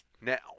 Now